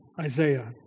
Isaiah